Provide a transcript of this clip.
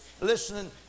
listening